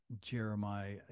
Jeremiah